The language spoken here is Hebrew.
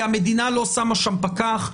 כי המדינה לא שמה שם פקח,